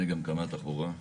אני קמ"ט תחבורה.